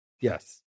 yes